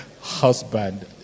husband